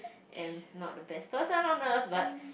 am not the best person on Earth but